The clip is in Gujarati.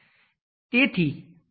તેથી આ તેના પર જાય છે